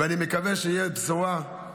ואני מקווה שתהיה בשורה.